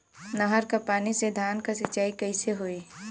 नहर क पानी से धान क सिंचाई कईसे होई?